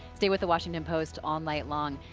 stay with the washington post all night long.